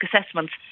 assessments